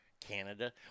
Canada